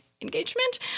engagement